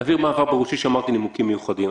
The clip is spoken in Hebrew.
אבהיר מה עבר בראשי כשאמרתי "נימוקים מיוחדים".